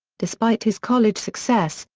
despite his college success,